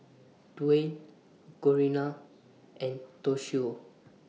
Dwain Corina and Toshio